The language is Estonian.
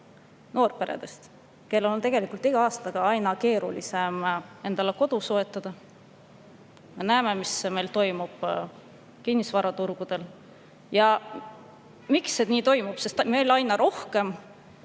peredest, kellel on tegelikult iga aastaga aina keerulisem endale kodu soetada. Näeme, mis meil toimub kinnisvaraturul. Ja miks see toimub? Sest meil aina rohkem